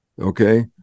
Okay